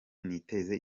niteze